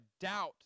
doubt